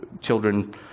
children